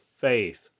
faith